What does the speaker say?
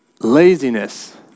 laziness